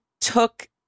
took